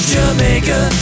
Jamaica